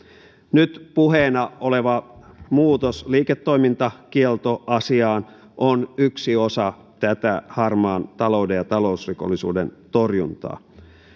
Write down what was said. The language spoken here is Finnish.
nyt puheena oleva muutos liiketoimintakieltoasiaan on yksi osa tätä harmaan talouden ja talousrikollisuuden torjuntaa